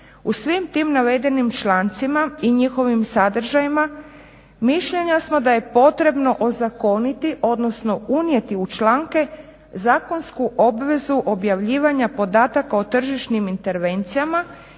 u svim tim navedenim člancima i njihovim sadržajima mišljenja smo da je potrebno ozakoniti, odnosno unijeti u članke zakonsku obvezu objavljivanja podataka o tržišnim intervencijama